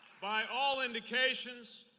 by all indications,